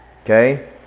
Okay